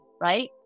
right